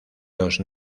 los